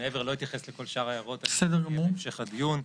לא אתייחס לכל שאר ההערות שהיו בהמשך הדיון.